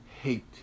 hate